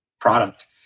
product